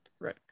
Right